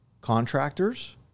contractors